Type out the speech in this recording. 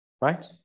right